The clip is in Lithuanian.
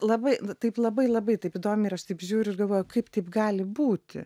labai taip labai labai taip įdomiai ir aš taip žiūriu galvoju kaip taip gali būti